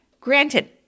Granted